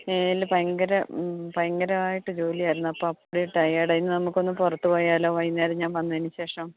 ഈല് ഭയങ്കര ഭയങ്കരായിട്ട് ജോലിയായിരുന്നു അപ്പടി റ്റയേർഡ് ആയി ഇന്ന് നമ്മൾക്ക് ഒന്നു പുറത്തു പോയാലോ വൈകുന്നേരം ഞാൻ വന്നതിനു ശേഷം